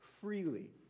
freely